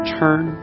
turn